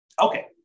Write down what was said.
Okay